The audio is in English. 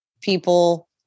people